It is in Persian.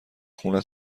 خونه